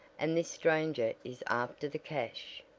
and this stranger is after the cash.